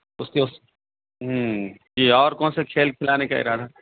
اُس کے اُس جی اور کون سے کھیل کھلانے کا ارادہ